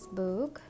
book